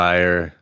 Fire